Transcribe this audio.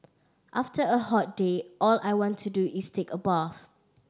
after a hot day all I want to do is take a bath